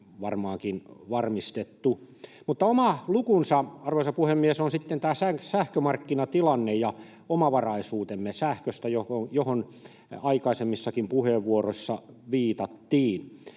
varmaankin varmistettu. Mutta oma lukunsa, arvoisa puhemies, on sitten sähkömarkkinatilanne ja omavaraisuutemme sähköstä, johon aikaisemmissakin puheenvuoroissa viitattiin.